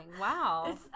Wow